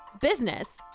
business